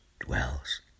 dwells